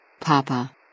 Papa